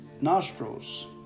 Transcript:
nostrils